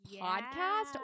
podcast